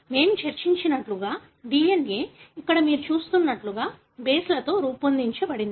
మేము చర్చించినట్లుగా DNA ఇక్కడ మీరు చూస్తున్నట్లుగా బేస్లతో రూపొందించబడింది